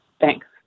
Thanks